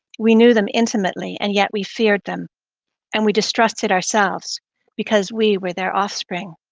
we knew them intimate le, and yet we feared them and we distrusted ourselves because we were there off spring.